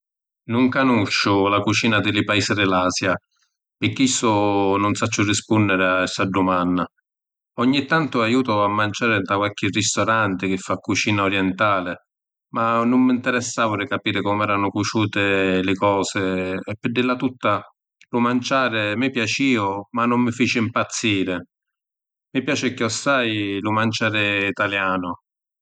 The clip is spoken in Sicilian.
Nun canusciu la cucina di li paisi di l’Asia, pi chistu nun sacciu rispunniri a sta dumanna. Ogni tantu haiu jutu a manciàri nta qualchi ristoranti chi fa cucina orientali, ma nun mi ‘nteressavu di capiri comu eranu cuciùti li cosi e pi dilla tutta lu manciàri mi piaciu ma nun mi fici ‘mpazziri. Mi piaci cchiòssai lu manciàri ‘talianu.